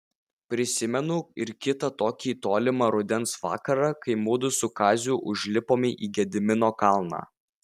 prisimenu ir kitą tokį tolimą rudens vakarą kai mudu su kaziu užlipome į gedimino kalną